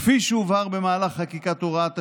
כפי שהובהר במהלך חקיקת הוראת השעה,